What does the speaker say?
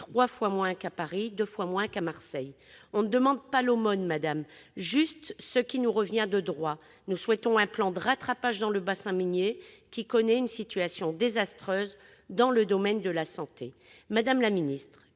trois fois moins qu'à Paris et deux fois moins qu'à Marseille. On ne demande pas l'aumône, madame la secrétaire d'État, juste ce qui nous revient de droit. Nous souhaitons un plan de rattrapage dans le bassin minier, qui connaît une situation désastreuse dans le domaine de la santé. Madame la secrétaire